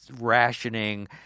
rationing